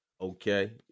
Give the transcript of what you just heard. Okay